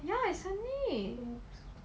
ya is sunday